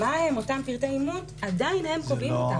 מהם אותם פרטי אימות עדיין הם קובעים אותם.